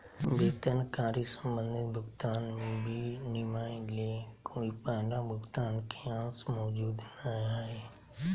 वेतन कार्य संबंधी भुगतान विनिमय ले कोय पहला भुगतान के अंश मौजूद नय हइ